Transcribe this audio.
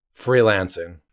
freelancing